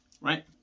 Right